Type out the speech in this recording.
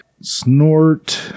snort